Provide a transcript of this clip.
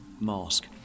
mask